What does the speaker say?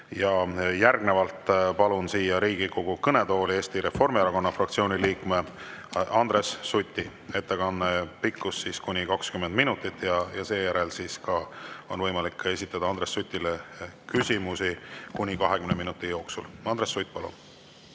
Järgnevalt palun siia Riigikogu kõnetooli Eesti Reformierakonna fraktsiooni liikme Andres Suti, ettekande pikkus on kuni 20 minutit ja seejärel on võimalik esitada Andres Sutile küsimusi kuni 20 minuti jooksul. Andres Sutt, palun!